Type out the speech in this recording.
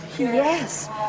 yes